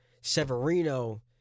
Severino